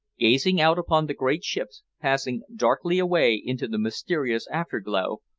gazing out upon the great ships passing darkly away into the mysterious afterglow,